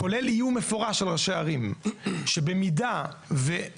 כולל איום מפורש על ראשי ערים שבמידה ו-X